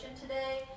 today